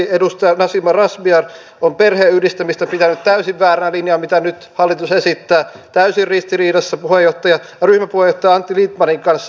edustaja nasima razmyar on pitänyt täysin vääränä linjana perheenyhdistämistä mitä nyt hallitus esittää täysin ristiriidassa ryhmäpuheenjohtaja antti lindtmanin kanssa